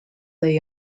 they